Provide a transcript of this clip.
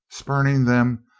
spurning them,